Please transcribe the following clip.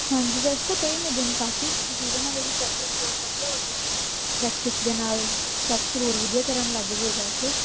ਹਾਂਜੀ ਵੈਸੇ ਤਾਂ ਪਏ ਨੇ ਦਿਨ ਕਾਫੀ ਜਿਹਦੇ ਨਾਲ ਇਹਦੀ ਪ੍ਰੈਕਟਿਸ ਹੋਰ ਵਧੀਆ ਹੋ ਜਾਏਗੀ ਪ੍ਰੈਕਟਿਸ ਦੇ ਨਾਲ ਸਟੈਪਸ ਹੋਰ ਵਧੀਆ ਕਰਨ ਲੱਗ ਜਾਏਗਾ ਇਹ